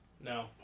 No